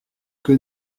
que